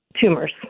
tumors